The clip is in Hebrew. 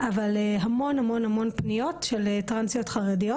אבל יש המון פניות של טרנסיות חרדיות.